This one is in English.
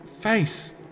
face